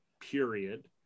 period